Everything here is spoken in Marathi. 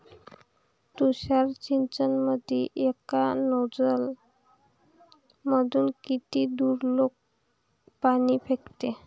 तुषार सिंचनमंदी एका नोजल मधून किती दुरलोक पाणी फेकते?